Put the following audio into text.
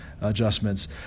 adjustments